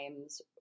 times